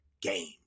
game